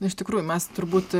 iš tikrųjų mes turbūt